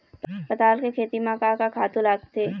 पताल के खेती म का का खातू लागथे?